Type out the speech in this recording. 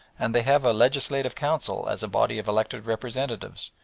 and they have a legislative council as a body of elected representatives,